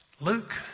Luke